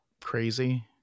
crazy